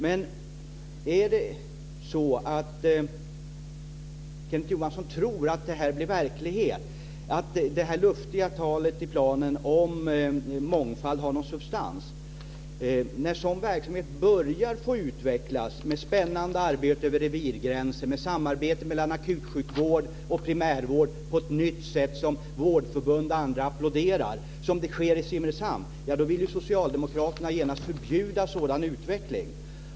Men tror Kenneth Johansson att detta blir verklighet att detta luftiga talet i planen om mångfald har någon substans? När sådan verksamhet börjar få utvecklas med spännande arbete över revirgränser, med samarbete mellan akutsjukvård och primärvård på ett nytt sätt som vårdförbund och andra applåderar, vilket sker i Simrishamn, då vill ju socialdemokraterna genast förbjuda sådan utveckling.